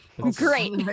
Great